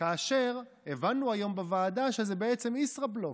והבנו היום בעבודה שזה בעצם ישראבלוף,